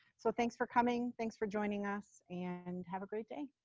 so thanks for coming. thanks for joining us and have a great day.